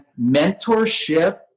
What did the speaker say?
mentorship